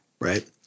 right